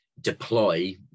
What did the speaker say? deploy